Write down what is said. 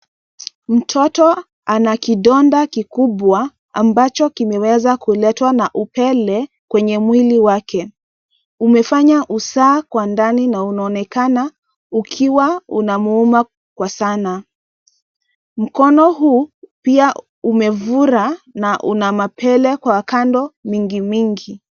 Mtoto ana kidonda kikubwa ambacho kimeweza kuletwa na upele kwenye mwili wake. Umefanya usaha kwa ndani na unaonekana ukiwa unamuuma kwa sana. Mkono huu, pia umefura na una mapele kwa kando mingi mingi.